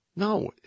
No